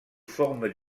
forme